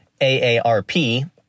AARP